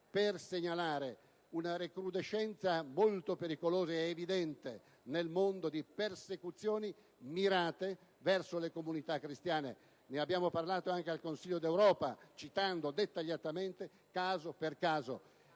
per segnalare una recrudescenza nel mondo molto pericolosa ed evidente di persecuzioni mirate verso le comunità cristiane. Ne abbiamo parlato anche al Consiglio d'Europa citando dettagliatamente caso per caso.